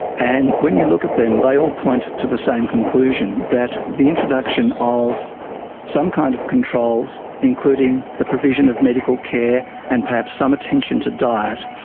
and when you look at them, they all point to the same conclusion, that the introduction of some kind of controls including the provision of medical care and perhaps some attention to diet,